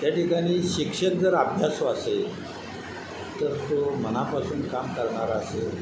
त्या ठिकाणी शिक्षक जर अभ्यासू असेल तर तो मनापासून काम करणारा असेल